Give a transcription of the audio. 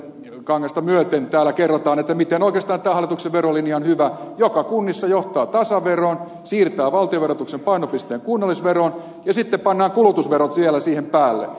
rantakangasta myöten kerrotaan miten oikeastaan on hyvä tämän hallituksen verolinja joka kunnissa johtaa tasaveroon siirtää valtion verotuksen painopisteen kunnallisveroon ja sitten pannaan kulutusverot vielä siihen päälle